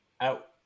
out